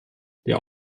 der